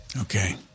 Okay